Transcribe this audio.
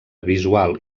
visual